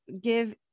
give